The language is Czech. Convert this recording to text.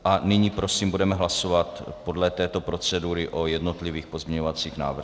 A nyní prosím budeme hlasovat podle této procedury o jednotlivých pozměňovacích návrzích.